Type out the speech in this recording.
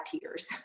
tears